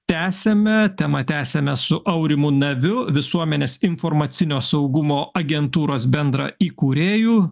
tęsiame temą tęsiame su aurimu naviu visuomenės informacinio saugumo agentūros bendraįkūrėju